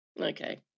Okay